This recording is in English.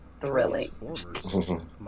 thrilling